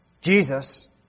Jesus